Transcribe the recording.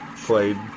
played